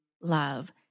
love